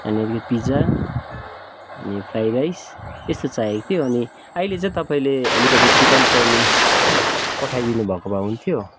अनि र यो पिज्जा अनि फ्राइ राइस यस्तो चाहिएको थियो अहिले चाहिँ तपाईँले अलिकति चिकन चाउमिन पठाइ दिनुभएको भए हुन्थ्यो